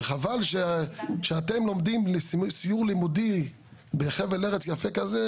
חבל שאתם לומדים לסיור לימודי בחבל ארץ יפה כזה,